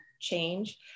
change